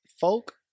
Folk